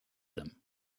them